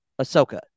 Ahsoka